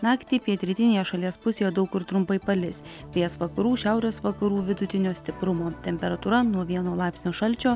naktį pietrytinėje šalies pusėje daug kur trumpai palis vėjas vakarų šiaurės vakarų vidutinio stiprumo temperatūra nuo vieno laipsnio šalčio